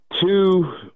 two